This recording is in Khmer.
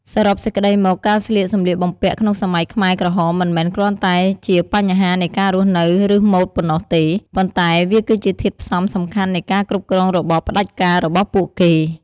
សរុបសេចក្តីមក ការស្លៀកសម្លៀកបំពាក់ក្នុងសម័យខ្មែរក្រហមមិនមែនគ្រាន់តែជាបញ្ហានៃការរស់នៅឬម៉ូដប៉ុណ្ណោះទេ ប៉ុន្តែវាគឺជាធាតុផ្សំសំខាន់នៃការគ្រប់គ្រងរបបផ្តាច់ការរបស់ពួកគេ។